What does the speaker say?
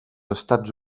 estats